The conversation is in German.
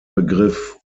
begriff